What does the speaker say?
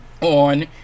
on